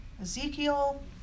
Ezekiel